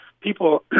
people